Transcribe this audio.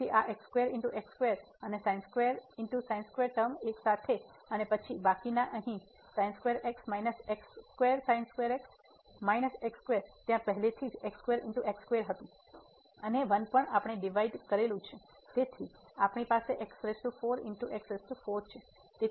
તેથી આ અને ટર્મ એક સાથે અને પછી બાકીના અહીં ત્યાં પહેલાથી જ હતું અને 1 આપણે ડિવાઈડ કરેલું છે તેથી આપણી પાસે છે